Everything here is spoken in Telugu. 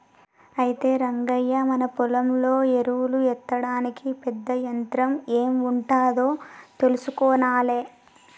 అయితే రంగయ్య మన పొలంలో ఎరువులు ఎత్తడానికి పెద్ద యంత్రం ఎం ఉంటాదో తెలుసుకొనాలే